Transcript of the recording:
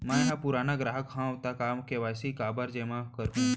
मैं ह पुराना ग्राहक हव त के.वाई.सी काबर जेमा करहुं?